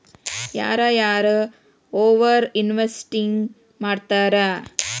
ಯಾರ ಯಾರ over investing ಮಾಡ್ತಾರಾ